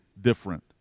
different